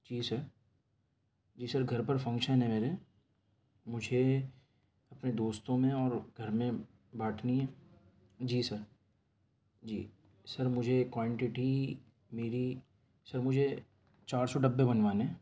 جی sir جی sir گھر پر فنکشن ہے میرے مجھے اپنے دوستوں میں اور گھر میں بانٹنی ہے جی سر جی سر مجھے کوائنٹیٹی میری سر مجھے چار سو ڈبے بنوانے ہیں